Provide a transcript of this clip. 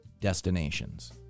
destinations